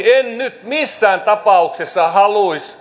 en missään tapauksessa haluaisi